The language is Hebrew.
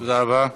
תודה רבה.